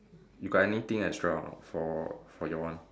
you got anything extra or not for for your one